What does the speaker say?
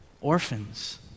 Orphans